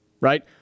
right